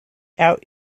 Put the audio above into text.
out